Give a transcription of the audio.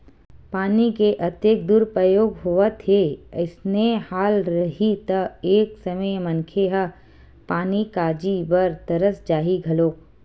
पानी के अतेक दुरूपयोग होवत हे अइसने हाल रइही त एक समे मनखे ह पानी काजी बर तरस जाही घलोक